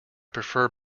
prefer